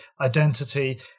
identity